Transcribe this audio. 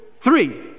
three